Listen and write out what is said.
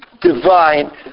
divine